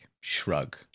shrug